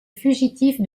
fugitif